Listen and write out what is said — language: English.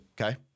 Okay